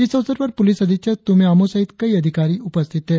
इस अवसर पर पुलिस अधीक्षक तुम्मे आमो सहित कई अधिकारी उपस्थित थे